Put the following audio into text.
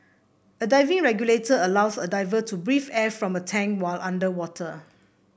a diving regulator allows a diver to breathe air from a tank while underwater